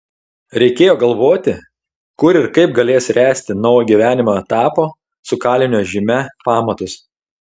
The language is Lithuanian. reikėjo galvoti kur ir kaip galės ręsti naujo gyvenimo etapo su kalinio žyme pamatus